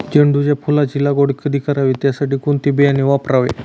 झेंडूच्या फुलांची लागवड कधी करावी? त्यासाठी कोणते बियाणे वापरावे?